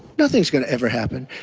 nothing is going to ever happen.